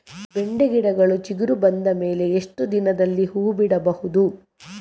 ಬೆಂಡೆ ಗಿಡಗಳು ಚಿಗುರು ಬಂದ ಮೇಲೆ ಎಷ್ಟು ದಿನದಲ್ಲಿ ಹೂ ಬಿಡಬಹುದು?